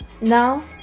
now